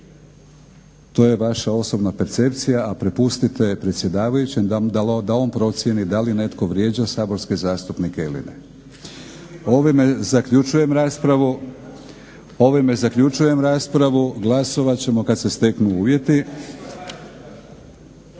To je vaša osobna percepcija, a prepustite predsjedavajućem da on procijeni da li netko vrijeđa saborske zastupnike ili ne. … /Upadica se ne razumije./ … Ovime zaključujem raspravu. Glasovat ćemo kad se steknu uvjeti.